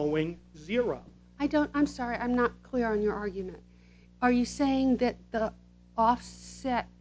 owing zero i don't i'm sorry i'm not clear on your argument are you saying that the offset